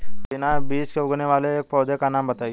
बिना बीज के उगने वाले एक पौधे का नाम बताइए